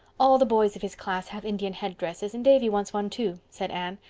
all the boys of his class have indian headdresses, and davy wants one too, said anne.